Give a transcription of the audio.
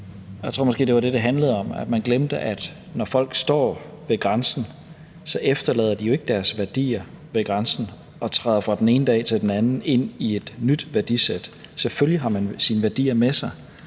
Jeg tror måske, at det var det, det handlede om, altså at man glemte, at når folk står ved grænsen, efterlader de jo ikke deres værdier ved grænsen, og fra den ene dag til den anden træder ind i et nyt værdisæt. Selvfølgelig har man sine værdier med sig.